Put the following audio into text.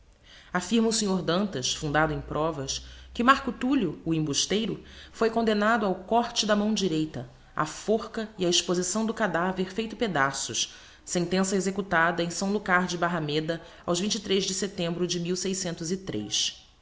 affirma o snr dantas fundado em provas que marco tullio o embusteiro foi condemnado ao córte da mão direita á forca e á exposição do cadaver feito pedaços sentença executada em s lucar de barrameda aos de setembro de